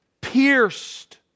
pierced